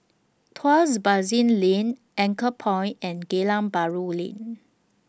Tuas Basin Lane Anchorpoint and Geylang Bahru Lane